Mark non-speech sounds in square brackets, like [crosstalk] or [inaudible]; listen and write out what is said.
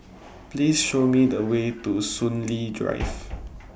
Please Show Me The Way to Soon Lee Drive [noise]